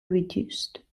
reduced